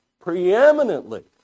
preeminently